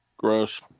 gross